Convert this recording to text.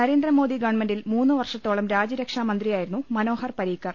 നരേന്ദ്രമോദി ഗവൺമെന്റിൽ മൂന്ന് വർഷത്തോളം രാജ്യരക്ഷാമന്ത്രി യായിരുന്നു മനോഹർ പരീക്കർ